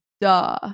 duh